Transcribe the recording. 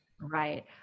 Right